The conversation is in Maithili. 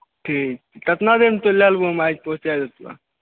ठीक छै कतना देरमे तोंय लए लेबहो हम आबि कऽ पहुंचाइ दैतिअ